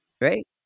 Right